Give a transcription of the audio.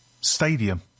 Stadium